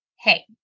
Hey